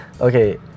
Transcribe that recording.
Okay